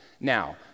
Now